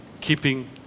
keeping